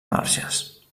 marges